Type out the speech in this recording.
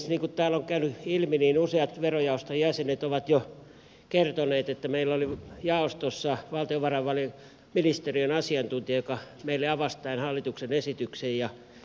niin kuin täällä on käynyt ilmi useat verojaoston jäsenet ovat jo kertoneet että meillä oli jaostossa valtiovarainministeriön asiantuntija joka meille avasi tämän hallituksen esityksen